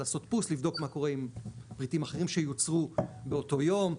לעשות פוס לבדוק מה קורה עם פריטים אחרים שיוצרו באותו יום,